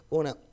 una